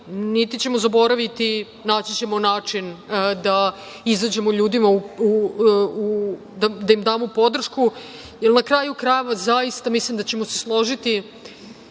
niti ćemo zaboraviti, naći ćemo način da izađemo ljudima, da im damo podršku, jer na kraju krajeva zaista mislim da ćemo se složiti,